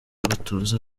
batoza